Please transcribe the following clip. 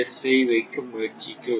ஐ வைக்க முயற்சிக்கவில்லை